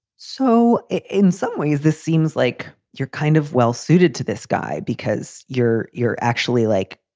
so in some ways, this seems like you're kind of well suited to this guy because you're you're actually, like,